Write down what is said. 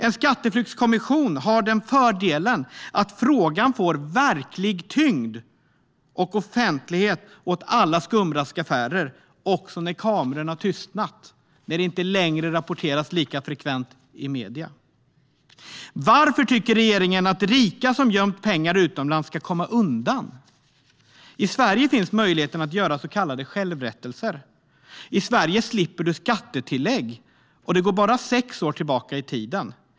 En skatteflyktskommission har den fördelen att frågan får verklig tyngd och ger offentlighet åt alla skumraskaffärer också när kamerorna tystnat, när det inte längre rapporteras lika frekvent i medierna. Varför tycker regeringen att rika som gömt pengar utomlands ska komma undan? I Sverige finns möjligheten att göra så kallade självrättelser. I Sverige slipper du skattetillägg, men perioden går bara sex år tillbaka i tiden.